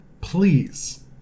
please